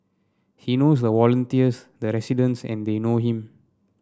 he knows the volunteers the residents and they know him